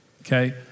okay